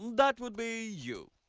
that would be you!